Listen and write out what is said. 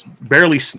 barely